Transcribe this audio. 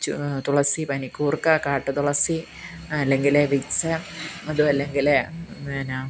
തുളസി പനികൂർഖ കാട്ടു തുളസി അല്ലെങ്കിൽ വിക്സ് അതുമലെങ്കിൽ പിന്നെ